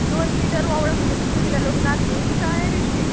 दोन मिटर वोवळां म्हणचे तुमकां कितें लग्नाक तीं कांय बेश्टीं